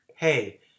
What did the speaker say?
Hey